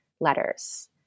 letters